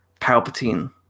Palpatine